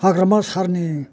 हाग्रामा सारनि